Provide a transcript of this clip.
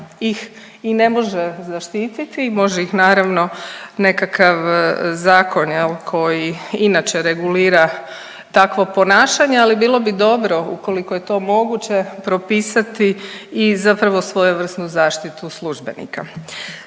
ih i ne može zaštititi. Može ih naravno nekakav zakon jel, koji inače regulira takvo ponašanje ali bilo bi dobro ukoliko je to moguće propisati i zapravo svojevrsnu zaštitu službenika.